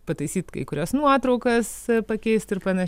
pataisyt kai kurias nuotraukas pakeist ir pana